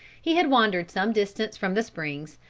he had wandered some distance from the springs,